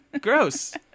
gross